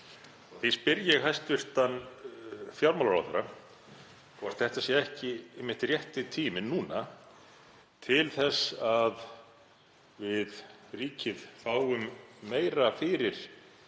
Því spyr ég hæstv. fjármálaráðherra hvort þetta sé ekki einmitt rétti tíminn núna til þess að ríkið fái meira fyrir